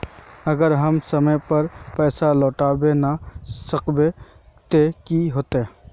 अगर हम समय पर पैसा लौटावे ना सकबे ते की होते?